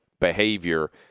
behavior